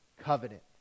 covenant